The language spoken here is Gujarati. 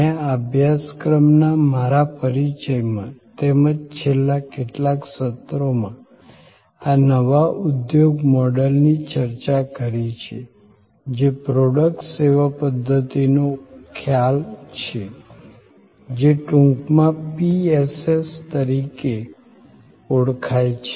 મેં આ અભ્યાસક્રમના મારા પરિચયમાં તેમજ છેલ્લા કેટલાક સત્રોમાં આ નવા ઉધોગ મોડલની ચર્ચા કરી છે જે પ્રોડક્ટ સેવા પધ્ધતિનો ખ્યાલ છે જે ટૂંકમાં PSS તરીકે ઓળખાય છે